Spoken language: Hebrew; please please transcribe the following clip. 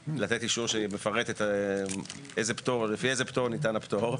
שהיא נותנת אישור לפי איזה סעיף ניתן הפטור,